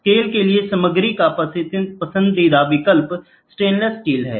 scale के लिए सामग्री का पसंदीदा विकल्प स्टेनलेस स्टील है